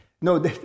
No